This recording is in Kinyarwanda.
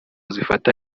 zifata